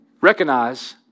Recognize